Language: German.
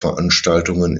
veranstaltungen